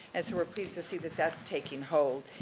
and so, we're pleased to see that that's taking hold.